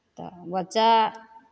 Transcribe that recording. तऽ बच्चा